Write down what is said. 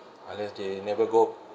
unless they never go